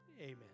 Amen